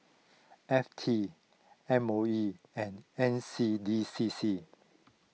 F T M O E and N C D C C